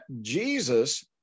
Jesus